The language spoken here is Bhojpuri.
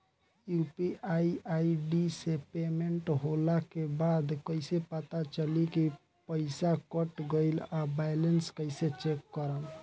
यू.पी.आई आई.डी से पेमेंट होला के बाद कइसे पता चली की पईसा कट गएल आ बैलेंस कइसे चेक करम?